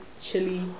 chili